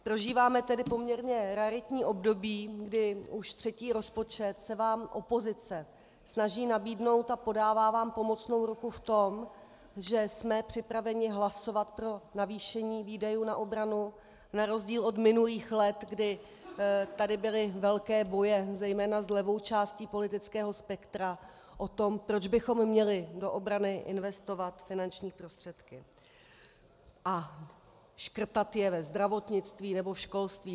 Prožíváme tedy poměrně raritní období, kdy už třetí rozpočet se vám opozice snaží nabídnout a podává vám pomocnou ruku v tom, že jsme připraveni hlasovat pro navýšení výdajů na obranu, na rozdíl od minulých let, kdy tady byly velké boje zejména s levou částí politického spektra o tom, proč bychom měli do obrany investovat finanční prostředky a škrtat je ve zdravotnictví nebo školství.